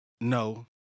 No